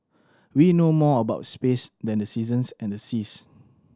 we know more about space than the seasons and the seas